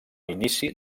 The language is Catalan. inici